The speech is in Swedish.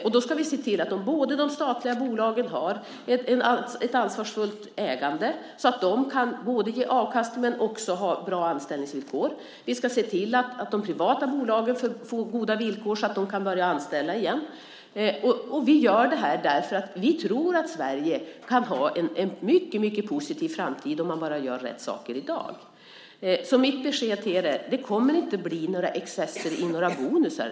Vi ska se till att de statliga bolagen har ett ansvarsfullt ägande, så att de kan både ge avkastning och ha bra anställningsvillkor. Vi ska se till att de privata bolagen får goda villkor så att de kan börja anställa igen. Vi gör det här därför att vi tror att Sverige kan ha en mycket positiv framtid om man bara gör rätt saker i dag. Mitt besked till er är därför: Det kommer inte att bli några excesser i bonusar.